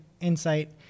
insight